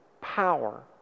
power